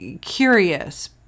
curious